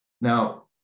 Now